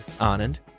Anand